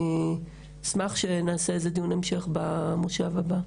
אני אשמח שנעשה איזה שהוא דיון על הנושא הזה במושב הבא,